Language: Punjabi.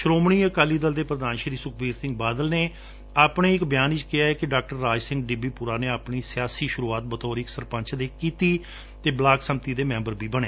ਸ਼ਿਰੋਮਣੀ ਅਕਾਲੀ ਦਲ ਦੇ ਪ੍ਰਧਾਨ ਸ਼ੀ ਸੁਖਬੀਰ ਸਿੰਘ ਬਾਦਲ ਨੇ ਆਪਣੇ ਇੱਕ ਬਿਆਨ ਵਿਚ ਕਿਹੈ ਕਿ ਡਾਕਟਰ ਰਾਜ ਸਿੰਘ ਡਿਬੀਪੁਰਾ ਨੇ ਆਪਣੀ ਸਿਆਸੀ ਸ਼ੁਰੂਆਤ ਬਤੌਰ ਸਰਪੰਚ ਦੇ ਕੀਤੀ ਅਤੇ ਬਲਾਕ ਸਮਤੀ ਦੇ ਮੈਬਰ ਵੀ ਰਹੇ